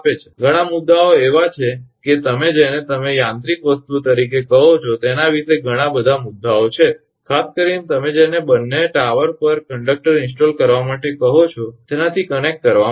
ઘણા મુદ્દાઓ એવા છે કે તમે જેને તમે યાંત્રિક વસ્તુઓ તરીકે કહો છો તેના વિશે ઘણા બધા મુદ્દાઓ છે ખાસ કરીને તમે જેને બંને ટાવર પર કંડક્ટર ઇન્સ્ટોલ કરવા માટે કહો છો તેનાથી કનેક્ટ કરવા માટે